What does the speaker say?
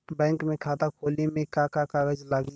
Bank में खाता खोले मे का का कागज लागी?